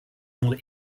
monde